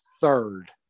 third